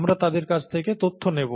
আমরা তাদের কাছ থেকে তথ্য নেব